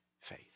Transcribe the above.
faith